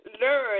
learn